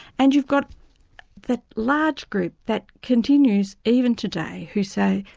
and you've got the large group that continues even today who say,